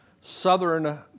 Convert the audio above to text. southern